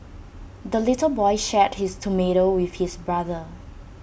the little boy shared his tomato with his brother